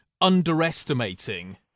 underestimating